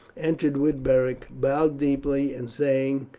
entered with beric, bowed deeply, and saying,